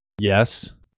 yes